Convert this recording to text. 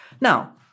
Now